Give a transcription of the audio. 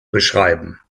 beschreiben